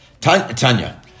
Tanya